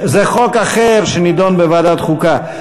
זה חוק אחר, שנדון בוועדת חוקה.